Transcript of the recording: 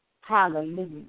Hallelujah